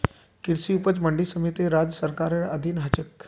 कृषि उपज मंडी समिति राज्य सरकारेर अधीन ह छेक